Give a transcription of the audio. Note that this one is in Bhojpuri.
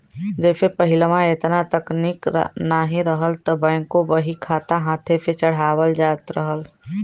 जइसे पहिलवा एतना तकनीक नाहीं रहल त बैंकों बहीखाता हाथे से चढ़ावत रहल